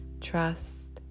Trust